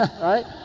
Right